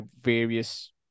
various